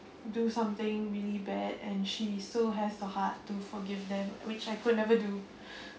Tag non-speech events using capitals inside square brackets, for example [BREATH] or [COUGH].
do something really bad and she still has the heart to forgive them which I could never do [BREATH]